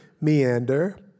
meander